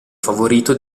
favorito